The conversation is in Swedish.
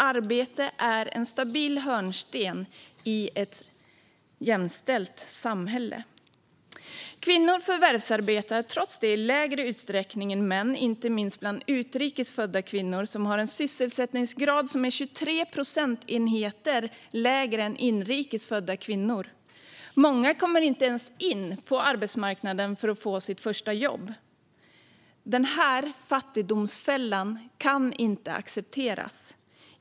Arbete är en stabil hörnsten i ett jämställt samhälle. Kvinnor förvärvsarbetar trots detta i mindre utsträckning än män. Det gäller inte minst utrikes födda kvinnor, som har en sysselsättningsgrad som är 23 procentenheter lägre än inrikes födda kvinnor. Många kommer inte ens in på arbetsmarknaden för att få sitt första jobb. Denna fattigdomsfälla kan inte accepteras.